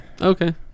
Okay